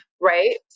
right